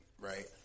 right